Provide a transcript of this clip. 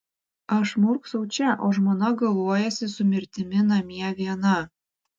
aš murksau čia o žmona galuojasi su mirtimi namie viena